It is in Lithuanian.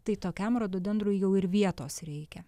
tai tokiam rododendrui jau ir vietos reikia